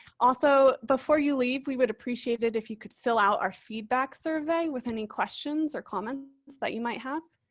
also, before you leave, we would appreciate it if you could fill out our feedback survey with any questions or comments that you might have.